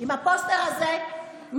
עם הפוסטר הזה,